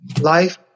Life